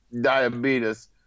diabetes